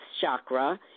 chakra